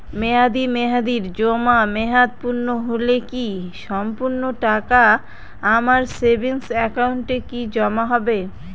মেয়াদী মেহেদির জমা মেয়াদ পূর্ণ হলে কি সম্পূর্ণ টাকা আমার সেভিংস একাউন্টে কি জমা হবে?